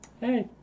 Hey